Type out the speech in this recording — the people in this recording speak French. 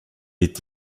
est